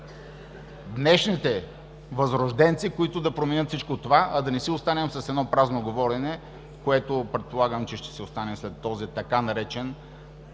днешни възрожденци, които да променят всичко това, а да не си останем с едно празно говорене, което предполагам, че ще си остане след този така наречен